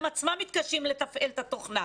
הם עצמם מתקשים לתפעל את התוכנה.